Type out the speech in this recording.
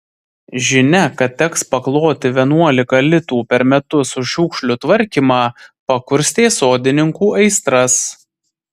žinia kad teks pakloti vienuolika litų per metus už šiukšlių tvarkymą pakurstė sodininkų aistras